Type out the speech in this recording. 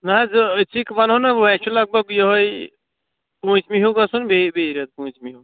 نہَ حظ ہُو أسۍ چھِ ونہٕ ہو نہٕ وۅنۍ اَسہِ چھُ لَگ بَگ یوٚہے پوٗنٛژِمہِ ہیٛوٗ گژھُن بیٚیہِ بیٚیہِ ریٚتۍ پوٗنٛژمہِ ہیٛوٗ